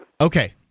Okay